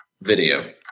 Video